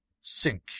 sink